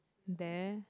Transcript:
there